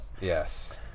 Yes